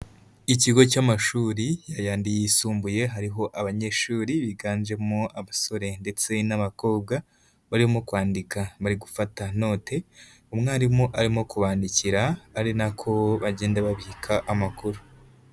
Ikigo cy'amashuri yayandi yisumbuye hariho abanyeshuri biganjemo abasore ndetse n'abakobwa, barimo kwandika bari gufata note, umwarimu arimo kubandikira ari nako bagenda babika amakuru.